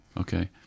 Okay